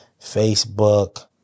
Facebook